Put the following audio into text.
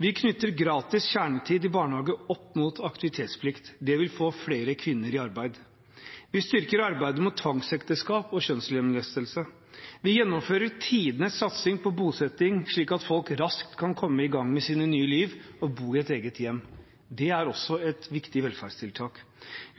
Vi knytter gratis kjernetid i barnehage opp mot aktivitetsplikt. Det vil få flere kvinner i arbeid. Vi styrker arbeidet mot tvangsekteskap og kjønnslemlestelse. Vi gjennomfører tidenes satsing på bosetting, slik at folk raskt kan komme i gang med sitt nye liv og bo i et eget hjem. Det er også et viktig velferdstiltak.